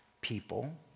people